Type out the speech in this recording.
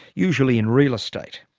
usually in real estate.